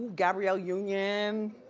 gabrielle union.